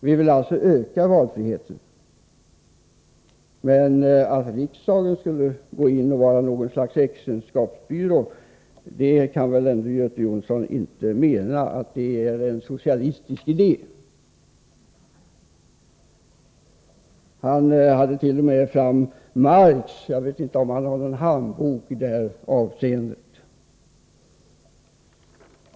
Vi vill alltså öka denna. Göte Jonsson kan väl ändå inte mena att det är en socialistisk idé att riksdagen skulle gå in och fungera som ett slags äktenskapsbyrå. Han nämnde t.o.m. Marx. Jag vet inte om han har en handbok i det avseendet.